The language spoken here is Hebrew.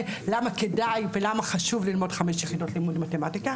למה כדאי ולמה חשוב ללמוד חמש יחידות לימוד מתמטיקה